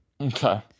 Okay